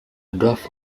dwarf